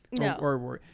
No